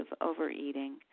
overeating